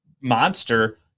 monster